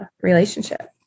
Relationship